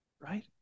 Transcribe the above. right